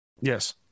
Yes